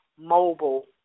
mobile